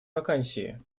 вакансии